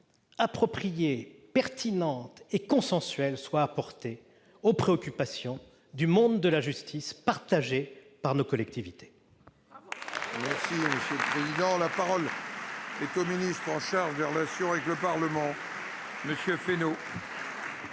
appropriée, pertinente et consensuelle soit apportée aux préoccupations du monde de la justice, que partagent nos collectivités.